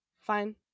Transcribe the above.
fine